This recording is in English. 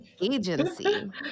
agency